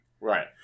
Right